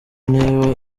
niba